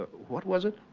what was it?